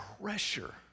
pressure